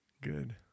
Good